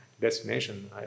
destination